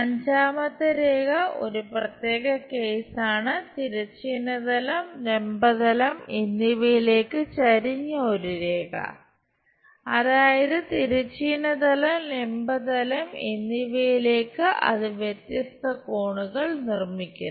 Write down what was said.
അഞ്ചാമത്തെ രേഖ ഒരു പ്രത്യേക കേസാണ് തിരശ്ചീന തലം ലംബ തലം എന്നിവയിലേക്ക് ചരിഞ്ഞ ഒരു രേഖ അതായത് തിരശ്ചീന തലം ലംബ തലം എന്നിവയിലേക്ക് അത് വ്യത്യസ്ത കോണുകൾ നിർമ്മിക്കുന്നു